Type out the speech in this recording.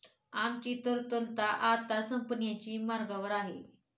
आमची तरलता आता संपण्याच्या मार्गावर आहे